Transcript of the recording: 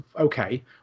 okay